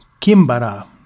Kimbara